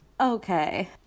Okay